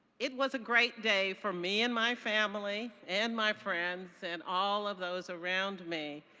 it was a great day for me and my family and my friends and all of those around me,